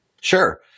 Sure